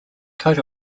coat